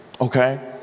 okay